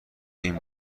این